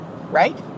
Right